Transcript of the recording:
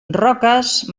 roques